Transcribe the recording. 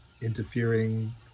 interfering